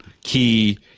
key